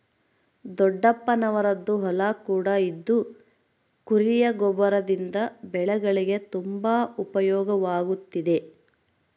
ದೊಡ್ಡಪ್ಪನವರದ್ದು ಹೊಲ ಕೂಡ ಇದ್ದು ಕುರಿಯ ಗೊಬ್ಬರದಿಂದ ಬೆಳೆಗಳಿಗೆ ತುಂಬಾ ಉಪಯೋಗವಾಗುತ್ತಿದೆ